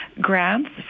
grants